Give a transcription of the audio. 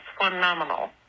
phenomenal